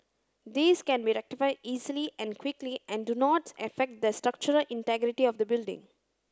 these can be rectified easily and quickly and do not affect the structural integrity of the building